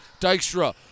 Dykstra